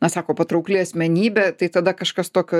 na sako patraukli asmenybė tai tada kažkas tokio